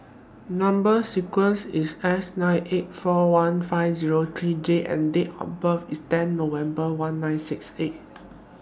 Number sequence IS S nine eight four one five Zero three J and Date of birth IS ten November one nine six eight